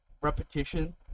repetition